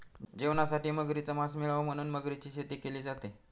जेवणासाठी मगरीच मास मिळाव म्हणून मगरीची शेती केली जाते